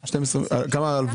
-- על כמה כסף אתם מדברים?